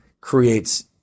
creates